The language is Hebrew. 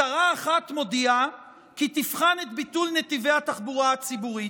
שרה אחת מודיעה כי תבחן את ביטול נתיבי התחבורה הציבורית,